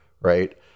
Right